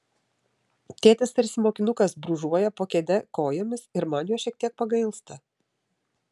tėtis tarsi mokinukas brūžuoja po kėde kojomis ir man jo šiek tiek pagailsta